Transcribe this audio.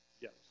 Yes